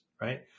right